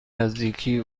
نزدیکی